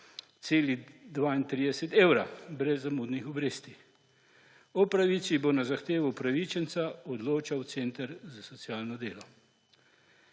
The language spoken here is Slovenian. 382,32 evra brez zamudnih obresti. O pravici bo na zahtevo upravičenca odločal center za socialno delo.